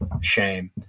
shame